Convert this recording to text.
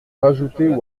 rajouter